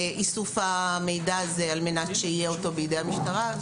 לאיסוף המידע הזה על מנת שהוא יהיה בידי המשטרה.